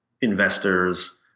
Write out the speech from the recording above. investors